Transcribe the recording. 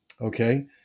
Okay